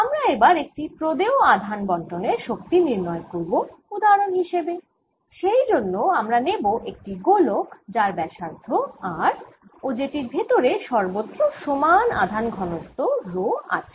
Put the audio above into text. আমরা এবার একটি প্রদেয় আধান বণ্টনের শক্তি নির্ণয় করব উদাহরন হিসেবে সেই জন্য আমরা নেব একটি গোলক যার ব্যসার্ধ r ও যেটির ভেতরে সর্বত্র সমান আধান ঘনত্ব 𝝆 আছে